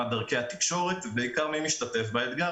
מהן דרכי התקשורת ובעיקר ומי משתתף באתגר